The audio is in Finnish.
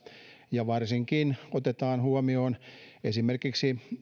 ja varsinkin kun otetaan huomioon esimerkiksi